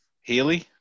Healy